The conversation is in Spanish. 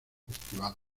festival